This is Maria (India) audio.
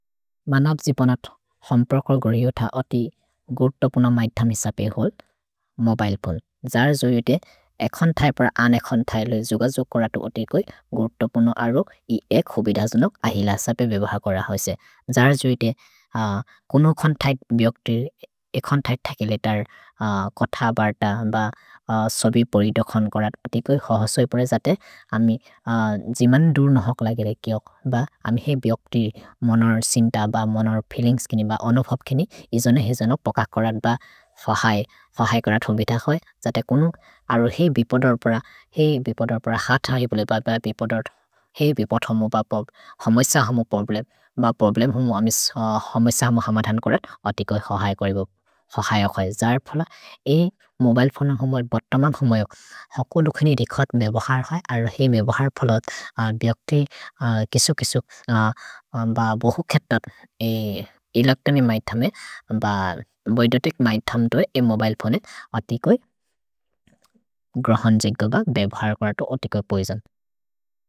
मनप् जिपनत् हṃप्रकर् गरिओत अति गुर्तो पुन मैथṃइ सपे होल्, मोबिल् पुन्। जर् जोइते एखन् थै पर् अन् एखन् थै लो जुग जोग् करतु अति कोइ गुर्तो पुन अरो इ एखुबिद जुनुक् अहिल सपे बेबह कर हौसे। जर् जोइते कुनु एखन् थै थके लेतर् कथ बर्त ब सबि परिदोखन् करतु अति कोइ। सोइ परे जते अमि जिमन् दुर् नहोक् लगेरे किओक् बर् अमि हेइ बिओक्ति मनर् सिन्त बर् मनर् फीलिन्ग्स् किनि बर् अनोफोब् किनि। इ जुने हेइ जुनुक् पककरत् बर् फहै, फहै करत् हुबित खोए। जते कुनु अरो हेइ बिपोदोर् पर, हेइ बिपोदोर् पर खत हि बुले बर् बर् बिपोदोर्, हेइ बिपोथोमु बर् बर्, हमैस हमु पब्लेम्। भर् पब्लेम् हुमु अमि हमैस हमु हमधन् करत् अति कोइ फहै कोरि बोब्, फहैअ खोए। जर् फहै, हेइ मोबिले फोने हमु बर् तमद् हमु मयक् हकु लुखेनि रिकत् मेबहर् है, अरो हेइ मेबहर् फहत् बिओक्ति किसो-किसो बर् बहु खेतत् एलक्गनि मै थमे, बर् वैदोतिक् मै थम् दोहे, हेइ मोबिले फोने अति कोइ ग्रहन् जेग्ग बर् मेबहर् करतो अति कोइ बुजन्।